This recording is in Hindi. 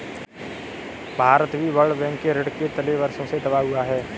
भारत भी वर्ल्ड बैंक के ऋण के तले वर्षों से दबा हुआ है